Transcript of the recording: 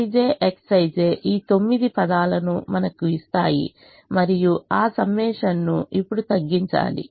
Cij Xij ఈ తొమ్మిది పదాలను మనకు ఇస్తాయి మరియు ఆ సమ్మషన్ను ఇప్పుడు తగ్గించాలి